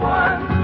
one